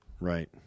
Right